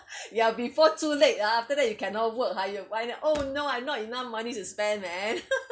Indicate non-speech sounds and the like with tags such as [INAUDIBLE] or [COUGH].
ya before too late ah after that you cannot work higher whine that oh no I've not enough money to spend man [LAUGHS]